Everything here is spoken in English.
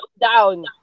down